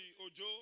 Ojo